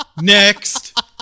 Next